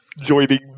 joining